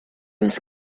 was